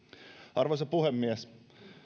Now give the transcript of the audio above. arvoisa puhemies